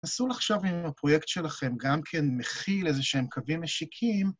נסו לחשוב אם הפרויקט שלכם גם כן מכיל איזה שהם קווים משיקים.